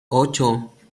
ocho